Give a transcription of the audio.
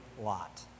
lot